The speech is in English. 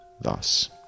thus